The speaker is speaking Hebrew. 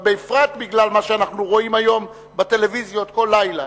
בפרט בגלל מה שאנחנו רואים היום בטלוויזיות כל לילה.